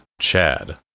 Chad